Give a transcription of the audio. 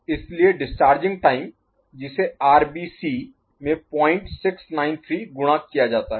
इसलिए discharging time जिसे R B C RB C में 0693 गुणा किया जाता है